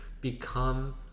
become